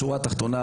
בשורה התחתונה,